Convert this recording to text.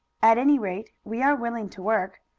at any rate, we are willing to work,